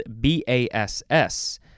B-A-S-S